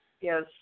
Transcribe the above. Yes